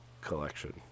collection